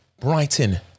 Brighton